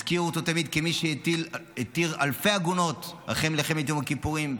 הזכירו אותו תמיד כמי שהתיר אלפי עגונות אחרי מלחמת יום הכיפורים.